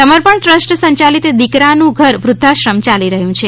સમર્પણ ટ્રસ્ટ સંચાલિત દીકરાનું ઘર વૃધ્ધાશ્રમ યાલી રહ્યું છે